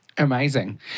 Amazing